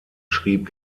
schrieb